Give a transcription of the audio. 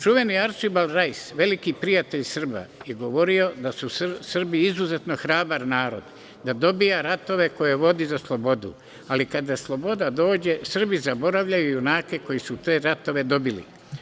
Čuveni Arčibald Rajs, veliki prijatelj Srba, je govorio da su Srbi izuzetno hrabar narod, da dobija ratove koje vodi za slobodu, ali kada sloboda dođe Srbi zaboravljaju junake koji su te ratove dobili.